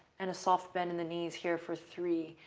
and a soft bend in the knees here for three.